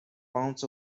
pounds